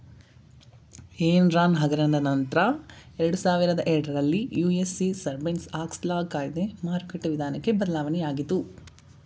Enron ಹಗರಣ ನಂತ್ರ ಎರಡುಸಾವಿರದ ಎರಡರಲ್ಲಿ ಯು.ಎಸ್.ಎ ಸರ್ಬೇನ್ಸ್ ಆಕ್ಸ್ಲ ಕಾಯ್ದೆ ಮಾರುಕಟ್ಟೆ ವಿಧಾನಕ್ಕೆ ಬದಲಾವಣೆಯಾಗಿತು